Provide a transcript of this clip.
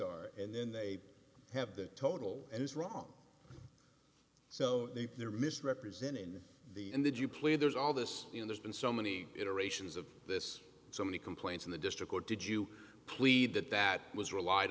mr and then they have the total and is wrong so they're misrepresenting the and they do play there's all this you know there's been so many iterations of this so many complaints in the district court did you plead that that was relied